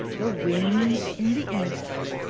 the wind's in the east.